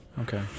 okay